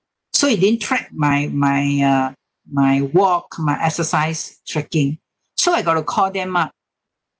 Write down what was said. so it didn't track my my uh my walk my exercise tracking so I got to call them up